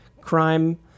crime